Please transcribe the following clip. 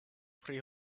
pri